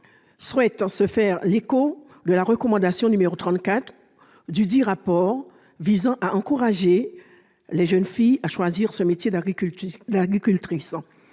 souhaite se faire l'écho de la recommandation 34 dudit rapport, visant à encourager les jeunes filles à choisir le métier d'agricultrice.